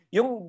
Yung